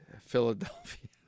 philadelphia